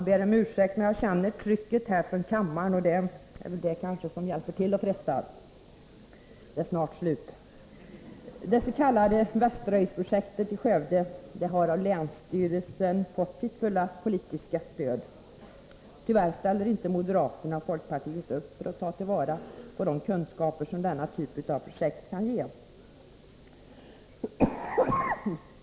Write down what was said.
Det s.k. Västerhöjdsprojektet i Skövde har av länsstyrelsen fått fullt politiskt stöd. Tyvärr ställer moderaterna och folkpartisterna i riksdagen inte upp för att ta till vara de kunskaper som denna typ av projekt kan ge.